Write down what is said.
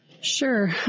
Sure